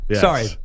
Sorry